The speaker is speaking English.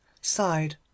sighed